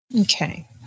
Okay